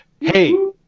Hey